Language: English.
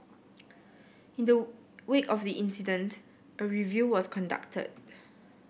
in the wake of the incident a review was conducted